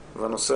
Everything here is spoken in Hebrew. ז',